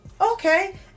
okay